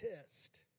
test